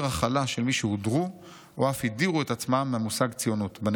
הכלה של מי שהודרו או אף הדירו את עצמם מהמושג 'ציונות'.